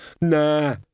Nah